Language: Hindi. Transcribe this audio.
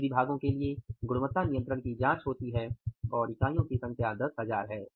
सभी विभागों के लिए गुणवत्ता नियंत्रण की जाँच होती है और इकाईयों की संख्या 10000 है